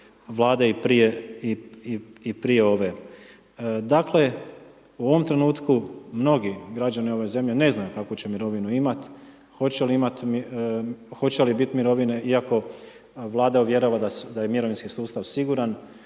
Vlade i prije ove. Dakle, u ovom trenutku mnogi građani ove zemlje ne znaju kakvu će mirovinu imati, hoće li biti mirovine iako Vlada uvjerava da je mirovinski sustav siguran.